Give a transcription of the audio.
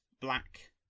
black